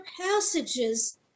passages